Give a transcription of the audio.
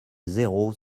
zéro